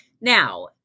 Now